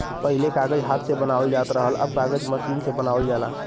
पहिले कागज हाथ से बनावल जात रहल, अब कागज मसीन से बनावल जाला